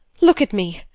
look at me!